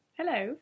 hello